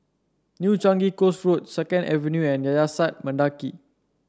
New Changi Coast Road Second Avenue and Yayasan Mendaki